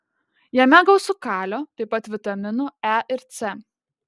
jame gausu kalio taip pat vitaminų e ir c